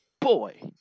boy